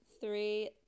Three